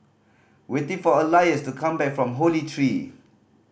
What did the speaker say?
waiting for Elias to come back from Holy Tree